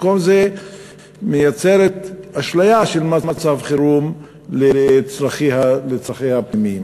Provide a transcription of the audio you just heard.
ובמקום זה מייצרת אשליה של מצב חירום לצרכיה הפנימיים.